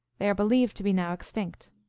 they are believed to be now extinct.